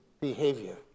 behavior